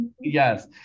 Yes